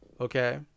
okay